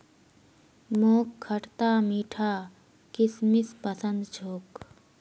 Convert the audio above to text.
मोक खटता मीठा किशमिश पसंद छोक